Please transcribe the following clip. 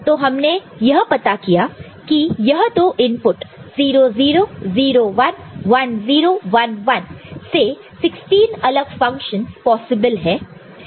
तो हमने यह पता किया है यह दो इनपुट 0 0 0 1 1 0 1 1 से 16 अलग फंक्शनस पॉसिबल है